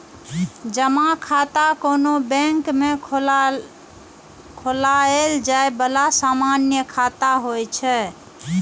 जमा खाता कोनो बैंक मे खोलाएल जाए बला सामान्य खाता होइ छै